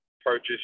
purchase